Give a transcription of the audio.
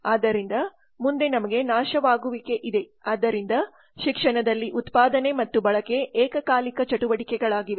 ಆದ್ದರಿಂದ ಮುಂದೆ ನಮಗೆ ನಾಶವಾಗುವಿಕೆ ಇದೆ ಆದ್ದರಿಂದ ಶಿಕ್ಷಣದಲ್ಲಿ ಉತ್ಪಾದನೆ ಮತ್ತು ಬಳಕೆ ಏಕಕಾಲಿಕ ಚಟುವಟಿಕೆಗಳಾಗಿವೆ